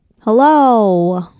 Hello